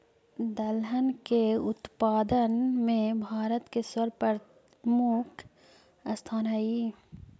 दलहन के उत्पादन में भारत के सर्वप्रमुख स्थान हइ